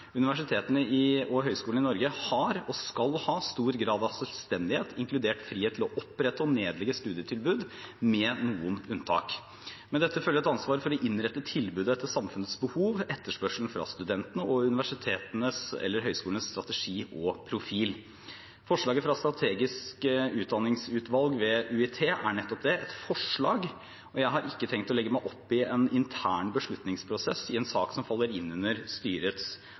i Norge har og skal ha stor grad av selvstendighet, inkludert frihet til å opprette og nedlegge studietilbud med noen unntak. Med dette følger et ansvar for å innrette tilbudet etter samfunnets behov, etterspørselen fra studentene og universitetenes eller høyskolenes strategi og profil. Forslaget fra strategisk utdanningsutvalg ved UiT er nettopp det, et forslag. Jeg har ikke tenkt å legge meg opp i en intern beslutningsprosess i en sak som faller inn under styrets